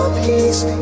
peace